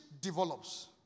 develops